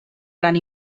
gran